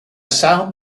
sound